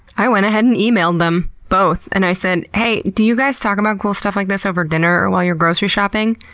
i went ahead and emailed them. both. and i said, hey do you guys talk about cool stuff like this over dinner or while you're grocery shopping?